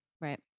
Right